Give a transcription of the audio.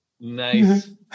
Nice